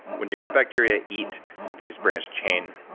when your gut bacteria eat these branch-chain